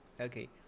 Okay